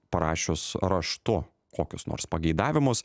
parašius raštu kokius nors pageidavimus